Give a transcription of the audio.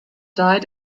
died